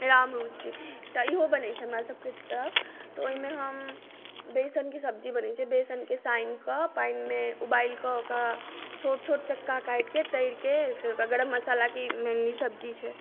रामुच तऽ इहो बनैत छै हमरा सबके तरफ तऽ ओहि मे हम बेसनके सब्जी बनैत छै बेसनके सानि कऽ पानिमे ऊबालि कऽ ओकरा छोट छोट चक्का काटिके तरिके फेर ओकरा गरम मशालाके मानि ई सब्जी छै